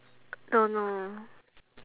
don't know